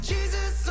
Jesus